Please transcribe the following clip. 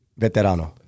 Veterano